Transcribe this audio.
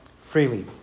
freely